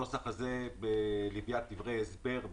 הנוסח הזה בלוויית דברי הסבר,